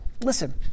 Listen